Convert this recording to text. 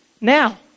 Now